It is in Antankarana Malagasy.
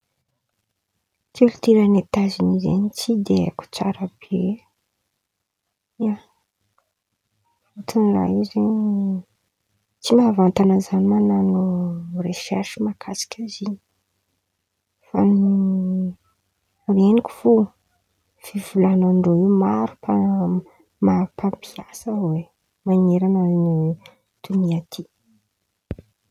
Kilitioran̈y Etaziony zen̈y tsy dia haiko tsara be e, ia, fôtiny raha io zen̈y tsy mavantan̈a Zaho man̈ano resersy makasika izy in̈y fa ny ren̈iko fo fivolan̈andreo io maro mpa- maro mpampiasa oe maneran̈a ny donia ity.